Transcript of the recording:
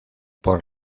por